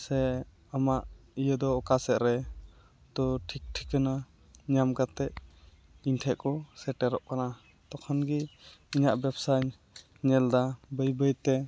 ᱥᱮ ᱟᱢᱟᱜ ᱤᱭᱟᱹᱫᱚ ᱚᱠᱟᱥᱮᱫᱨᱮ ᱛᱳ ᱴᱷᱤᱠ ᱴᱷᱤᱠᱟᱹᱱᱟ ᱧᱟᱢ ᱠᱟᱛᱮᱫ ᱤᱧᱴᱷᱮᱡᱠᱚ ᱥᱮᱴᱮᱨᱚᱜ ᱠᱟᱱᱟ ᱛᱚᱠᱷᱚᱱᱜᱮ ᱤᱧᱟᱹᱜ ᱵᱮᱵᱽᱥᱟᱧ ᱧᱮᱞ ᱮᱫᱟ ᱵᱟᱹᱭ ᱵᱟᱹᱭᱛᱮ